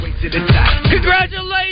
Congratulations